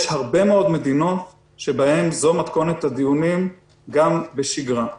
הרבה מאוד מדינות שבהן זו מתכונת הדיונים גם בשגרה.